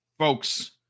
Folks